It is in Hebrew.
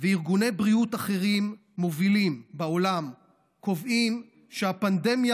וארגוני בריאות אחרים מובילים בעולם קובעים שהפנדמיה